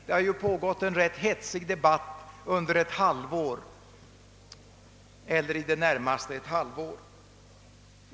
Det har ju pågått en rätt hetsig debatt om u-hjälpen i åtskilliga månader.